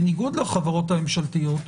בניגוד לחברות הממשלתיות,